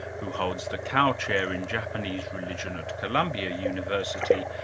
who holds the kao chair in japanese religion at columbia university,